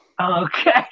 Okay